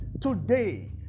Today